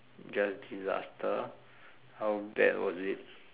just disaster how bad was it